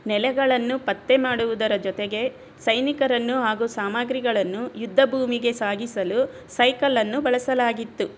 ನೆಲೆಗಳನ್ನು ಪತ್ತೆ ಮಾಡುವುದರ ಜೊತೆಗೆ ಸೈನಿಕರನ್ನು ಹಾಗೂ ಸಾಮಗ್ರಿಗಳನ್ನು ಯುದ್ಧ ಭೂಮಿಗೆ ಸಾಗಿಸಲು ಸೈಕಲ್ ಅನ್ನು ಬಳಸಲಾಗಿತ್ತು